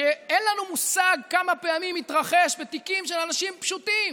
שאין לנו מושג כמה פעמים הוא התרחש בתיקים של אנשים פשוטים,